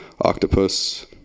Octopus